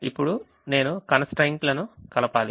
ఇప్పుడు నేను constraints లను కలపాలి